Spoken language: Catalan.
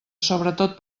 sobretot